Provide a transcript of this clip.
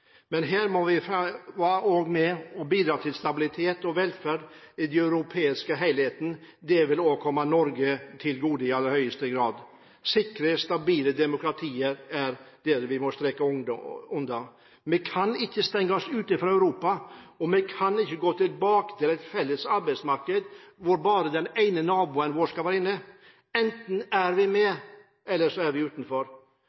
men her må vi være med og bidra til stabilitet og velferd i den europeiske helheten. Det vil i aller høyeste grad også komme Norge til gode. Sikre, stabile demokratier er det vi må understreke er viktig. Vi kan ikke stenge oss ute fra Europa, og vi kan ikke gå tilbake til et felles arbeidsmarked hvor bare den ene naboen vår skal være inne. Enten er vi